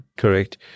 correct